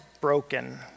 broken